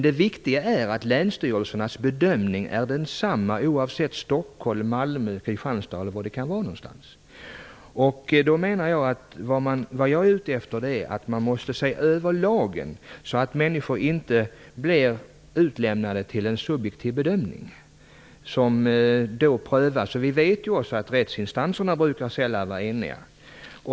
Det viktiga är att länsstyrelsernas bedömning skall vara densamma oavsett om det gäller Stockholm, Malmö, Kristianstad eller något annat område. Jag menar att lagen måste ses över, så att människor inte utlämnas till en subjektiv bedömning. Vi vet ju också att rättsinstanserna sällan är eniga.